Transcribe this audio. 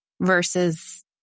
versus